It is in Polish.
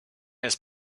jest